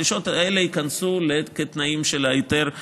שהדרישות האלה ייכנסו כתנאים של היתר המועצה.